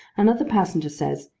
another passenger says,